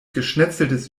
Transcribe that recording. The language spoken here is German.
geschnetzeltes